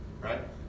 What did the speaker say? Right